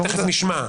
תכף נשמע.